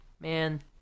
Man